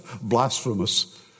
blasphemous